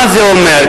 מה זה אומר?